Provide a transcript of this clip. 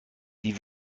die